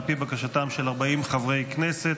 על פי בקשתם של 40 חברי כנסת,